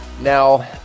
Now